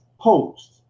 post